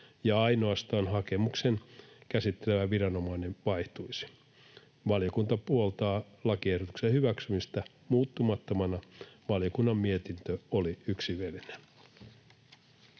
ja ainoastaan hakemuksen käsittelevä viranomainen vaihtuisi. Valiokunta puoltaa lakiehdotuksen hyväksymistä muuttumattomana. Valiokunnan mietintö oli yksimielinen.